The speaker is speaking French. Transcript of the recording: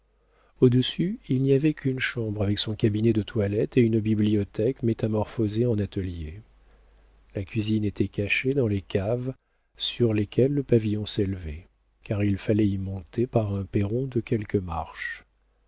au-dessus il n'y avait qu'une chambre avec son cabinet de toilette et une bibliothèque métamorphosée en atelier la cuisine était cachée dans les caves sur lesquelles le pavillon s'élevait car il fallait y monter par un perron de quelques marches